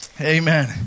Amen